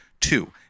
two